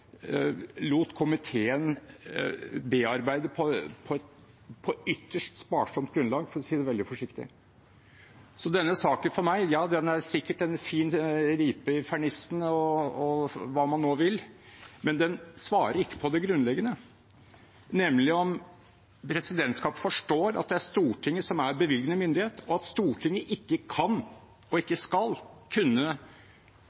lot komiteen bearbeide på ytterst sparsomt grunnlag, for å si det veldig forsiktig. Så denne saken for meg – ja, den er sikkert en fin ripe i fernissen, og hva man nå vil, men den svarer ikke på det grunnleggende, nemlig om presidentskapet forstår at det er Stortinget som er bevilgende myndighet, og at Stortinget ikke kan og ikke